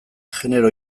genero